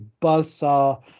buzzsaw